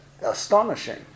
astonishing